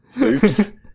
Oops